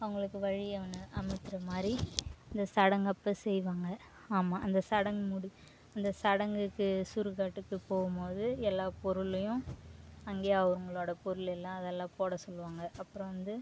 அவங்களுக்கு வழியை ஒன்று அமைக்கிற மாதிரி இந்த சடங்கப்போ செய்வாங்க ஆமாம் அந்த சடங்கு முடி அந்த சடங்குக்கு சுடுகாட்டுக்கு போகும் போது எல்லா பொருளையும் அங்கே அவங்களோட பொருளெல்லாம் அதெல்லாம் போட சொல்லுவாங்க அப்புறம் வந்து